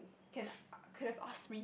can could have asked me